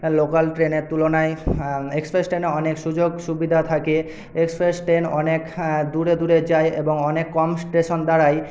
local ট্রেনের তুলনাই express ট্রেনে অনেক সুযোগ সুবিধা থাকে এক্সপ্রেস ট্রেন অনেক দূরে দূরে যায় এবং অনেক কম স্টেশন দাঁড়াই